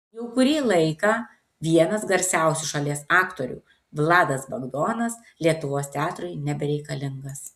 jau kurį laiką vienas garsiausių šalies aktorių vladas bagdonas lietuvos teatrui nebereikalingas